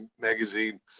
magazine